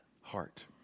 heart